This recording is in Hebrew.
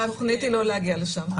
והתוכנית היא לא להגיע לשם.